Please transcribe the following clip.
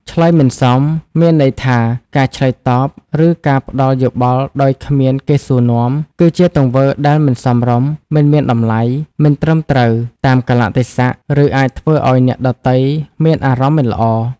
ឆ្លើយមិនសម មានន័យថា ការឆ្លើយតប ឬការផ្ដល់យោបល់ដោយគ្មានគេសួរនាំ គឺជាទង្វើដែលមិនសមរម្យ មិនមានតម្លៃ មិនត្រឹមត្រូវតាមកាលៈទេសៈ ឬអាចធ្វើឲ្យអ្នកដទៃមានអារម្មណ៍មិនល្អ។